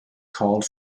called